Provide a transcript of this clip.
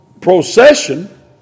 procession